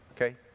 Okay